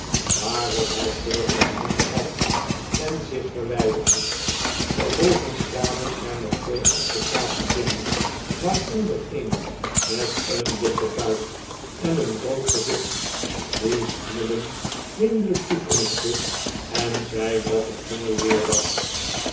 waarop hij perker de hand gaf en zich verwijderde vervolgens traden er nog twee advocaten binnen waaronder een met een dikken buik en een rood gezicht die snubbin vriendelijk toeknikte en zei dat het mooi weer was